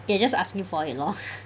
you are just asking for it lor